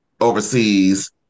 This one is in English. overseas